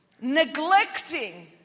Neglecting